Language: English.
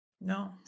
No